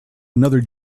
another